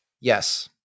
Yes